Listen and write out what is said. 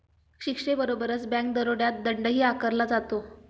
शिक्षेबरोबरच बँक दरोड्यात दंडही आकारला जातो